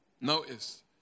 Notice